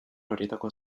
horietakoa